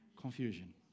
confusion